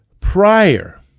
prior